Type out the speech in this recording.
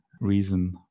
reason